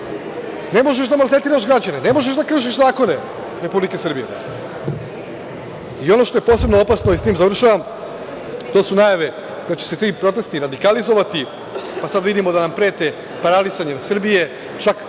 ne možeš da maltretiraš građane, ne možeš da kršiš zakone Republike Srbije. Ono što je posebno opasno to su najave da će se ti protesti radikalizovati, pa sad vidimo da nam prete paralisanjem Srbije, čak